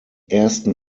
ersten